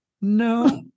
No